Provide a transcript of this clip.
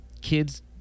kids